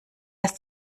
ist